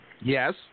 Yes